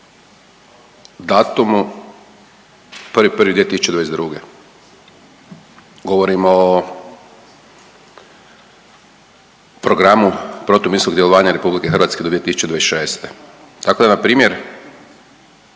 datumu 1.1.2022. Govorimo o programu protuminskog djelovanja Republike Hrvatske do 2026. Tako da na primjer